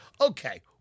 Okay